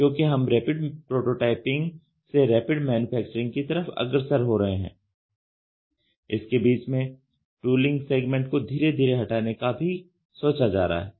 क्योंकि हम rapid prototyping से रैपिड मैन्युफैक्चरिंग की तरफ अग्रसर हो रहे हैं इसके बीच में टूलिंग सेगमेंट को धीरे धीरे हटाने का भी सोचा जा रहा है